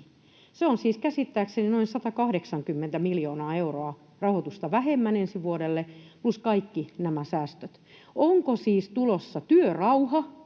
3,55. Se on siis käsittääkseni noin 180 miljoonaa euroa rahoitusta vähemmän ensi vuodelle, plus kaikki nämä säästöt. Onko siis tulossa työrauha